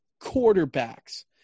Quarterbacks